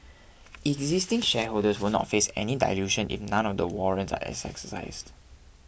existing shareholders will not face any dilution if none of the warrants are exercised